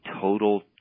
total